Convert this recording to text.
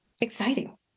exciting